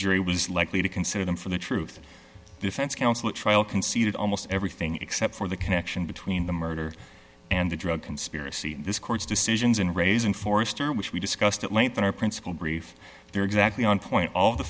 jury was likely to consider them for the truth defense counsel at trial conceded almost everything except for the connection between the murder and the drug conspiracy in this court's decisions in raising forrester which we discussed at length in our principal brief they're exactly on point all the